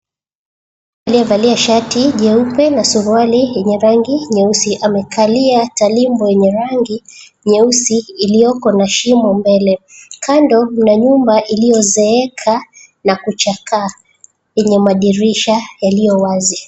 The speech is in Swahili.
Aliyevalia shati jeupe na suruali yenye rangi nyeusi, amekalia tarimbo yenye rangi nyeusi iliyoko na shimo mbele. Kando mna nyumba iliyozeeka na kuchakaa yenye madirisha yaliyo wazi.